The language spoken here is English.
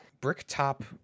Bricktop